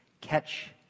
Catch